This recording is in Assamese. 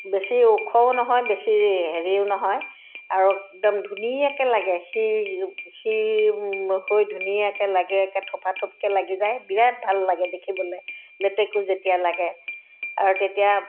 বেছি ওখও নহয় বেছি হেৰিও নহয় আৰু একদম ধুনীয়াকৈ লাগে শিৰ শিৰ হৈ ধুনীয়াকৈ লাগে একে থোপা থোপকে লাগি যায় বিৰাট ভাল লাগে দেখিবলৈ লেটেকু যেতিয়া লাগে আৰু তেতিয়া